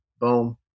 Boom